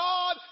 God